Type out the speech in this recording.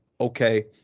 okay